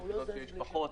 יש יחידות שיש פחות.